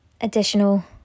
additional